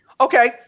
Okay